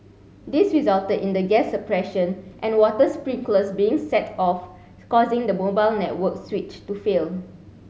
this resulted in the gas suppression and water sprinklers being set off causing the mobile network switch to fail